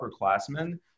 upperclassmen